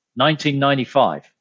1995